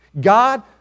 God